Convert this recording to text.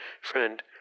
Friend